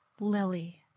Lily